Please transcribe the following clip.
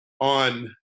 on